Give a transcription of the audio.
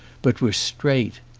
but were straight,